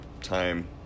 time